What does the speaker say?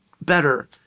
better